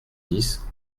dix